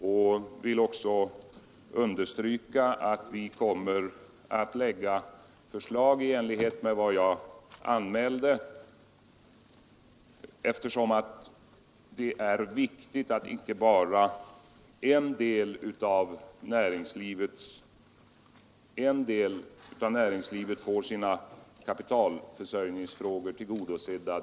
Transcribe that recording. Jag vill också understryka att vi kommer att framlägga förslag i enlighet med vad jag anmälde, eftersom det är viktigt att icke bara en del av näringslivet får sina kapitalförsörjningsfrågor tillgodosedda.